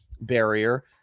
barrier